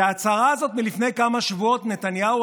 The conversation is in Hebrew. וההצהרה הזאת מלפני כמה שבועות: נתניהו,